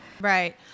Right